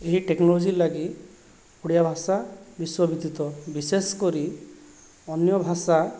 ଏହି ଟେକନୋଲୋଜି ଲାଗି ଓଡ଼ିଆ ଭାଷା ବିଶ୍ଵ ବେତିତ ବିଶେଷ କରି ଅନ୍ୟ ଭାଷା